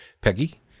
Peggy